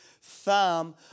thumb